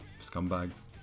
scumbags